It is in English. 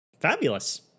Fabulous